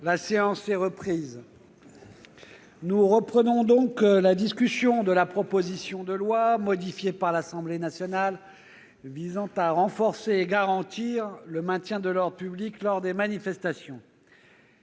La séance est reprise. Nous reprenons la discussion de la proposition de loi, modifiée par l'Assemblée nationale, visant à renforcer et garantir le maintien de l'ordre public lors des manifestations.